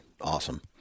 Awesome